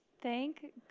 Thank